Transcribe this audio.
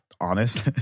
honest